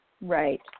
Right